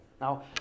Now